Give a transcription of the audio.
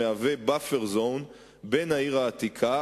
המהווה buffer zone בין העיר העתיקה,